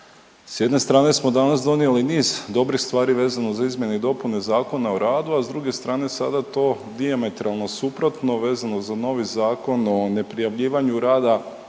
s jedne strane smo danas donijeli niz dobrih stvari vezano za izmjene i dopune ZOR-a, a s druge strane sada to dijametralno suprotno vezano za novi Zakon o neprijavljivanju rada